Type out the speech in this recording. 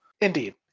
Indeed